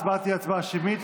ההצבעה תהיה הצבעה שמית.